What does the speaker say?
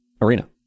Arena